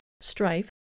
strife